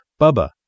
Bubba